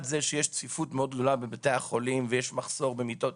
זה שיש צפיפות מאוד גדולה בבתי החולים ויש מחסור במיטות,